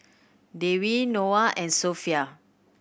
Dewi Noah and Sofea